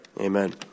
Amen